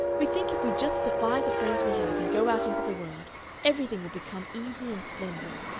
we think if we just defy the friends we have and go out into the world everything will become easy and splendid.